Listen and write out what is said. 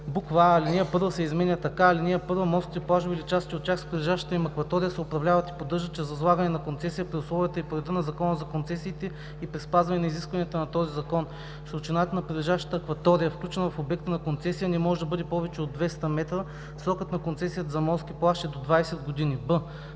7: а) алинея 1 се изменя така: „(1) Морските плажове или части от тях с прилежащата им акватория се управляват и поддържат чрез възлагане на концесия при условията и по реда на Закона за концесиите и при спазване на изискванията на този закон. Широчината на прилежащата акватория, включена в обекта на концесия, не може да бъде повече от 200 м. Срокът на концесията за морски плаж е до 20 години.“